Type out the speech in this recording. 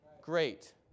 Great